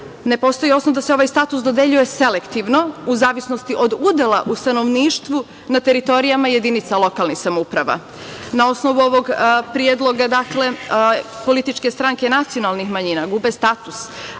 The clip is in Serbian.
Ne postoji osnov da se ovaj status dodeljuje selektivno, u zavisnosti od udela u stanovništvu na teritorijama jedinica lokalnih samouprava. Na osnovu ovog predloga, političke stranke nacionalnih manjina gube status